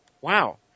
wow